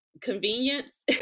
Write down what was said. convenience